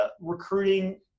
recruiting